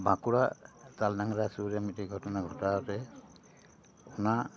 ᱵᱟᱸᱠᱩᱲᱟ ᱛᱟᱞᱰᱟᱝᱨᱟ ᱥᱩᱨ ᱨᱮ ᱢᱤᱫᱴᱤᱱ ᱜᱷᱚᱴᱚᱱᱟ ᱜᱷᱚᱴᱟᱣ ᱨᱮ ᱚᱱᱟ